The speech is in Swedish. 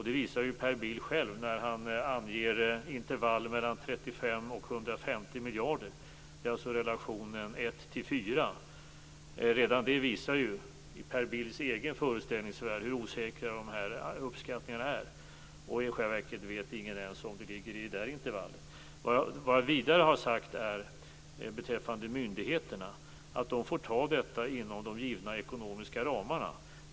Det visar ju Per Bill själv när han anger en intervall mellan 35 och 150 miljarder. Det är alltså relationen ett till fyra. Redan detta visar ju hur osäkra uppskattningarna är också i Per Bills egen föreställningsvärld. I själva verket vet ingen om det ens ligger i den intervallen. Vad jag vidare har sagt beträffande myndigheterna är att de får ta detta inom de givna ekonomiska ramarna.